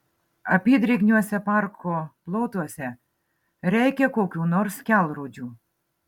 apydrėgniuose parko plotuose reikia kokių nors kelrodžių